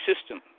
system